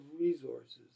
resources